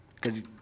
Cause